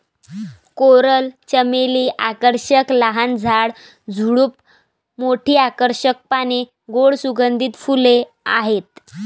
coral चमेली आकर्षक लहान झाड, झुडूप, मोठी आकर्षक पाने, गोड सुगंधित फुले आहेत